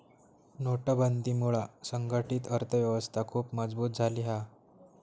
नोटबंदीमुळा संघटीत अर्थ व्यवस्था खुप मजबुत झाली हा